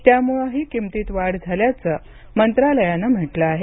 त्यामुळेही किमतीत वाढ झाल्याचं मंत्रालयानं म्हटलं आहे